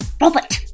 Robert